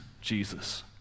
Jesus